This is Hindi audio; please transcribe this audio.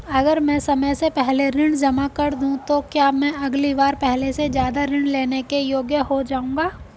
अगर मैं समय से पहले ऋण जमा कर दूं तो क्या मैं अगली बार पहले से ज़्यादा ऋण लेने के योग्य हो जाऊँगा?